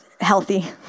healthy